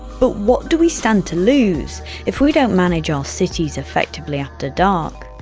but what do we stand to lose if we don't manage our cities effectively after dark?